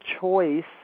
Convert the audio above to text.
choice